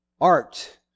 art